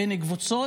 בין קבוצות.